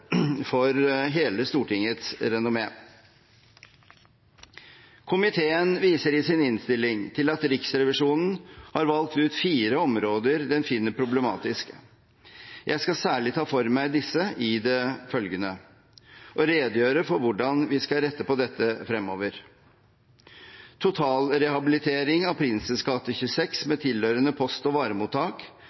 for hele Stortingets renommé. Komiteen viser i sin innstilling til at Riksrevisjonen har valgt ut fire områder den finner problematiske. Jeg skal særlig ta for meg disse i det følgende og redegjøre for hvordan vi skal rette på dette fremover. Totalrehabiliteringen av Prinsens gate 26 med tilhørende post- og varemottak